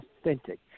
authentic